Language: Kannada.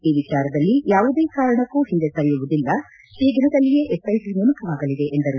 ಈ ವಿಚಾರದಲ್ಲಿ ಯಾವುದೇ ಕಾರಣಕ್ಕೂ ಹಿಂದೆ ಸರಿಯುವುದಿಲ್ಲ ಶೀಫ್ರದಲ್ಲಿಯೇ ಎಸ್ ಐ ಟಿ ನೇಮಕವಾಗಲಿದೆ ಎಂದರು